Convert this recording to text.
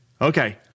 Okay